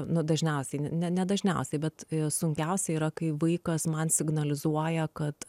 nu dažniausiai ne ne dažniausiai bet sunkiausia yra kai vaikas man signalizuoja kad